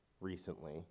recently